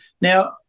Now